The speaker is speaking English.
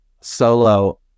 solo